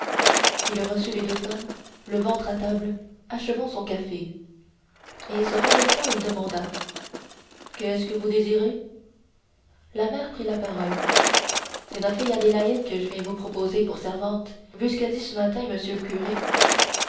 il reçut les deux femmes le ventre à table achevant son café et se renversant il demanda qu'est-ce que vous désirez la mère prit la parole c'est no't fille adélaïde que j'viens vous proposer pour servante vu c'qu'a dit çu matin monsieur le curé